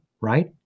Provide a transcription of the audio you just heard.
right